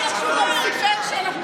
הוא גם